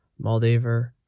Moldaver